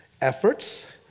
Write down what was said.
efforts